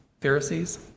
Pharisees